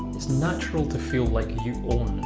it's natural to feel like you